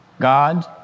God